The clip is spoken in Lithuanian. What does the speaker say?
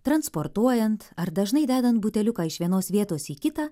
transportuojant ar dažnai dedant buteliuką iš vienos vietos į kitą